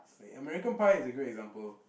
like American-Pie is a good example